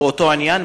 באותו עניין,